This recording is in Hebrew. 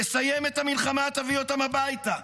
תסיים את המלחמה, תביא אותם הביתה.